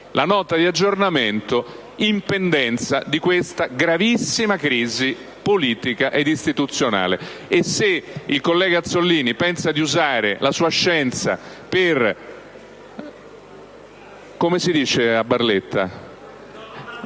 la Nota di aggiornamento in pendenza di questa gravissima crisi politica ed istituzionale. Forse il collega Azzollini pensa di usare la sua scienza per prenderci in giro.